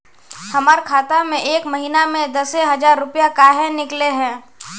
हमर खाता में एक महीना में दसे हजार रुपया काहे निकले है?